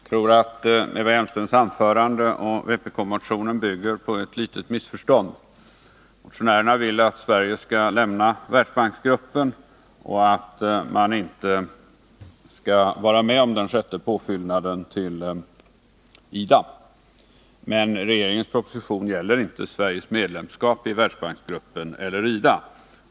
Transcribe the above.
Herr talman! Jag tror att Eva Hjelmströms anförande och vpk-motionen bygger på ett litet missförstånd. Motionärerna vill att Sverige skall lämna Världsbanksgruppen och att vi inte skall lämna något bidrag till den sjätte påfyllnaden till IDA. Regeringens proposition gäller emellertid inte Sveriges medlemskap i Världsbanksgruppen eller IDA.